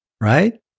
Right